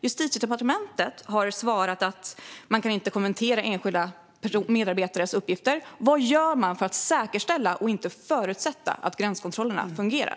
Justitiedepartementet har svarat att man inte kan kommentera enskilda medarbetares uppgifter. Vad gör man för att säkerställa - inte förutsätta - att gränskontrollerna fungerar?